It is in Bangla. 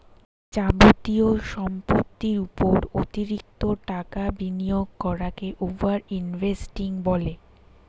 যাবতীয় সম্পত্তির উপর অতিরিক্ত টাকা বিনিয়োগ করাকে ওভার ইনভেস্টিং বলে